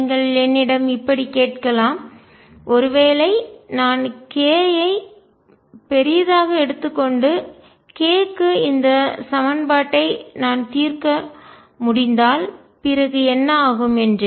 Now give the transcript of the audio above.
நீங்கள் என்னிடம் இப்படி கேட்கலாம் ஒருவேளை நான் k ஐ பெரிதாக எடுத்து கொண்டு K க்கு இந்த சமன்பாட்டை நான் தீர்க்க முடிந்தால் பிறகு என்ன ஆகும் என்று